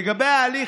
לגבי ההליך,